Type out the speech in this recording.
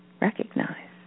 recognize